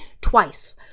twice